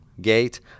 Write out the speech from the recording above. Gate